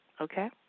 okay